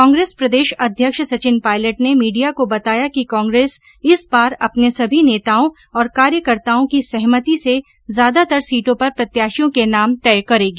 कांग्रेस प्रदेश अध्यक्ष सचिन पायलट ने मीडिया को बताया कि कांग्रेस इस बार अपने सभी नेताओं और कार्यकर्ताओं की सहमति से ज्यादातर सीटों पर प्रत्याशियों के नाम तय करेगी